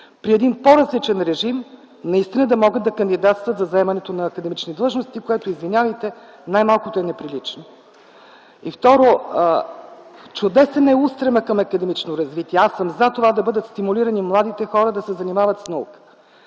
при един по-различен режим наистина да могат да кандидатстват за заемането на академични длъжности, което, извинявайте, най-малкото е неприлично. Второ, чудесен е устремът към академично развитие. Аз съм „за” това да бъдат стимулирани младите хора да се занимават с наука.